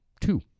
two